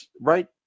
right